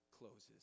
Closes